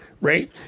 right